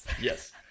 yes